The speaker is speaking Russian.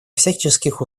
всяческих